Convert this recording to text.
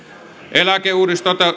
eläkeuudistus